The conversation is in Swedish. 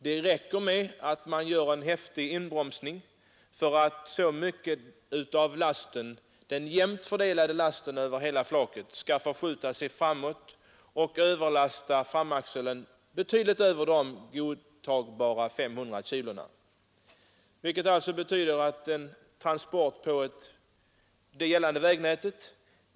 Det räcker med att man gör en häftig inbromsning för att den över flaket jämnt fördelade lasten skall förskjutas framåt och överlasta framaxeln betydligt över de godtagbara 500 kilona. Det betyder alltså att trots att lasten har vägts överträds bestämmelserna på en del av vägnätet.